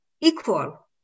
equal